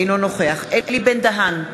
אינו נוכח אלי בן-דהן,